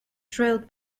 drilled